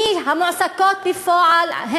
מי המועסקות בפועל?